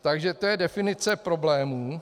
Takže to je definice problémů.